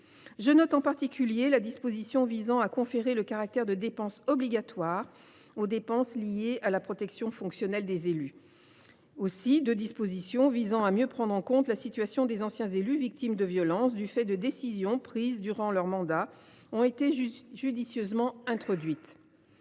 Je pense en particulier à la disposition visant à conférer le caractère de dépense obligatoire aux dépenses liées à la protection fonctionnelle des élus. De plus, deux dispositions visant à mieux prendre en compte la situation des anciens élus victimes de violences du fait de décisions prises durant leur mandat ont été judicieusement introduites.